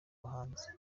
bahanzi